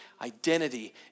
identity